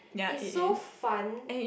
is so fun